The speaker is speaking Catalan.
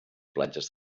platges